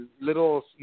little